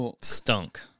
stunk